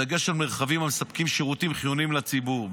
בדגש על מרחבים המספקים שירותים חיוניים לציבור.